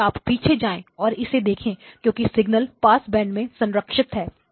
यदि आप पीछे जाएं और इसे देखें क्योंकि सिग्नल पास बैंड में संरक्षित है